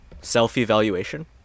self-evaluation